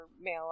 male